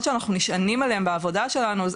שאנחנו נשענים עליהם בעבודה שלנו.